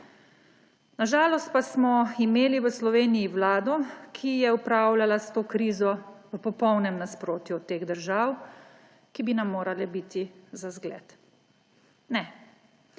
Na žalost pa smo imeli v Sloveniji vlado, ki je upravljala s to krizo v popolnem nasprotju od teh držav, ki bi nam morale biti za zgled. Ne.